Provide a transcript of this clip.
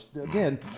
Again